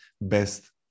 best